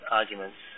arguments